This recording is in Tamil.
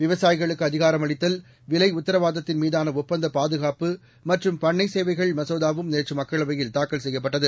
விவசாயிகளுக்கு அதிகாரம் அளித்தல் விலை உத்தரவாதத்தின் மீதான ஒப்பந்த பாதுகாப்பு மற்றும் பண்ணை சேவைகள் மசோதாவும் நேற்று மக்களவையில் தாக்கல் செய்யப்பட்டது